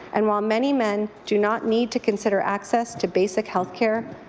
and while many men do not need to consider access to basic health care,